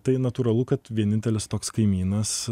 tai natūralu kad vienintelis toks kaimynas